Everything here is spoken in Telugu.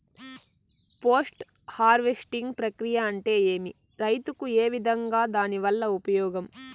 పోస్ట్ హార్వెస్టింగ్ ప్రక్రియ అంటే ఏమి? రైతుకు ఏ విధంగా దాని వల్ల ఉపయోగం?